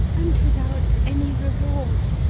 and without any reward!